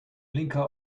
blinker